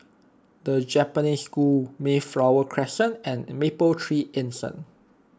the Japanese School Mayflower Crescent and Mapletree Anson